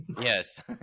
Yes